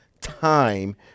time